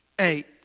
Eight